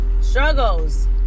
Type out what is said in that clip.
struggles